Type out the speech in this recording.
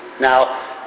Now